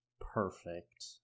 Perfect